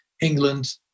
England